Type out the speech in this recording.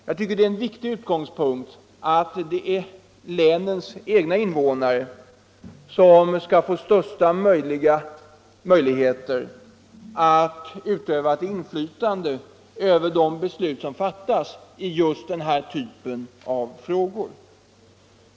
Jag tycker det är en viktig utgångspunkt att det är länens egna invånare som skall få utöva största möjliga inflytande över de beslut som fattas i den här typen av frågor.